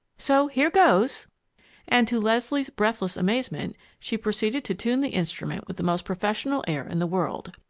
so here goes and, to leslie's breathless amazement, she proceeded to tune the instrument with the most professional air in the world.